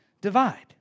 divide